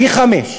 פי-חמישה.